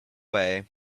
way